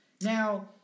Now